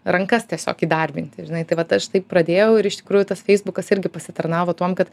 rankas tiesiog įdarbinti žinai tai vat aš taip pradėjau ir iš tikrųjų tas feisbukas irgi pasitarnavo tuom kad